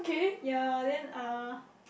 ya uh then uh